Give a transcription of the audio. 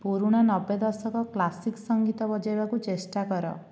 ପୁରୁଣା ନବେ ଦଶକ କ୍ଲାସିକ୍ ସଙ୍ଗୀତ ବଜାଇବାକୁ ଚେଷ୍ଟା କର